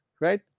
right